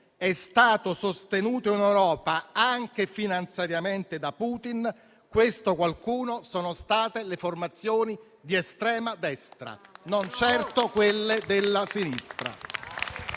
è stato sostenuto anche finanziariamente da Putin, sono state le formazioni di estrema destra, non certo quelle della sinistra.